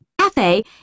...cafe